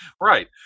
right